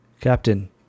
Captain